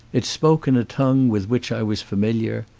it spoke in a tongue with which i was familiar.